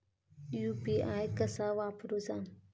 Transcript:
UPI कसा वापरूचा?